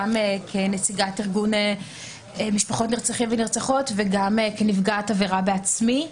גם כנציגת ארגון משפחות נרצחים ונרצחות וגם כנפגעת עבירה בעצמי.